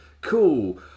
Cool